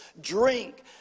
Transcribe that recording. drink